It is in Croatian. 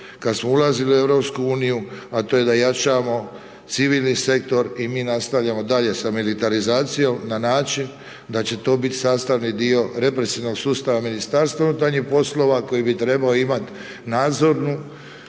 kada smo ulazili u EU a to je da jačamo civilni sektor i mi nastavljamo dalje sa militarizacijom na način da će to biti sastavni dio represivnog sustava Ministarstva unutarnjih poslova koji bi trebao imati nadzornu